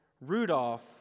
Rudolph